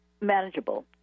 manageable